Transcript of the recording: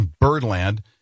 Birdland